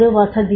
அது வசதி